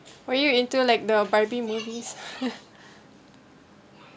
or you into like the barbie movies